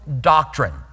doctrine